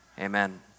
Amen